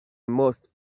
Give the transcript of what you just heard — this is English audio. most